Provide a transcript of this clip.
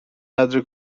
قدر